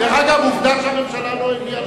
דרך אגב, עובדה שהממשלה לא הביאה,